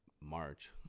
March